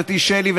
חברתי שלי,